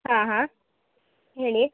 ಹಾಂ ಹಾಂ ಹೇಳಿ